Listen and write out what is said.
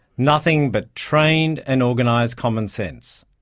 nothing but trained and organised common sense,